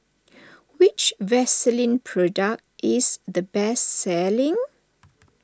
which Vaselin Product is the best selling